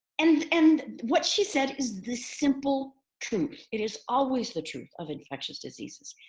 and and what she said is this simple truth. it is always the truth of infectious diseases.